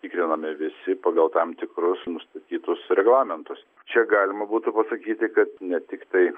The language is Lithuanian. tikrinami visi pagal tam tikrus nustatytus reglamentus čia galima būtų pasakyti kad ne tiktai